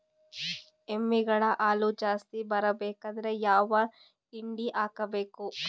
ಎಮ್ಮಿ ಗಳ ಹಾಲು ಜಾಸ್ತಿ ಬರಬೇಕಂದ್ರ ಯಾವ ಹಿಂಡಿ ಹಾಕಬೇಕು?